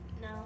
no